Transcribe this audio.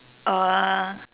uh